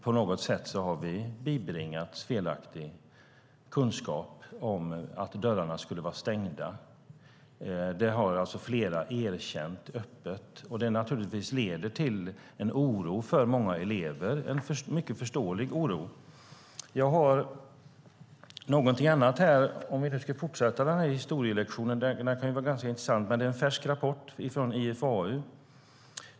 På något sätt har vi bibringats felaktig kunskap om att dörrarna skulle vara stängda. Flera har alltså erkänt det öppet. Det leder naturligtvis till en oro för många elever - en mycket förståelig oro. Om jag ska fortsätta historielektionen, som kan vara ganska intressant, har jag här en färsk rapport från IFAU.